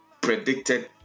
predicted